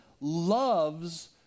loves